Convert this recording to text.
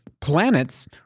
planets